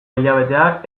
hilabeteak